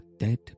dead